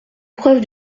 preuve